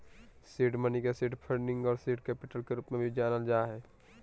seed money के seed funding आर seed capital के रूप में भी जानल जा हइ